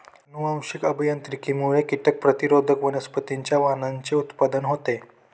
अनुवांशिक अभियांत्रिकीमुळे कीटक प्रतिरोधक वनस्पतींच्या वाणांचे उत्पादन होते